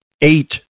eight